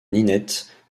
ninette